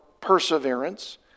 perseverance